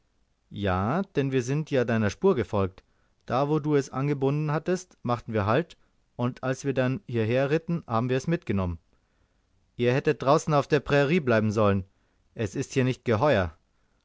ja denn wir sind ja deiner spur gefolgt da wo du es angebunden hattest machten wir halt und als wir dann hierher ritten haben wir es mitgenommen ihr hättet draußen auf der prairie bleiben sollen es ist hier nicht geheuer